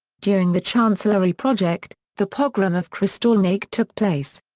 during the chancellery project, the pogrom of kristallnacht took place.